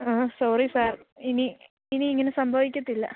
ആ sorry sir ഇനി ഇനി ഇങ്ങനെ സംഭവിക്കത്തില്ല